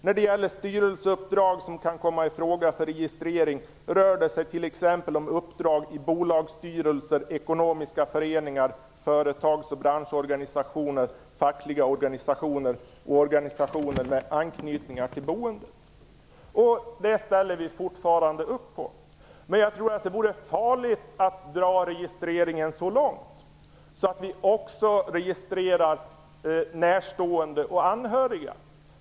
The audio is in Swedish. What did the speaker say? När det gäller styrelseuppdrag som kan komma i fråga för registrering rör det sig t.ex. om uppdrag i bolagsstyrelser, ekonomiska föreningar, företags och branschorganisationer, fackliga organisationer och organisationer med anknytning till boendet": Det ställer vi fortfarande upp på. Men jag tror att det vore farligt att föra registreringen så långt att vi också registrerar närstående och anhöriga.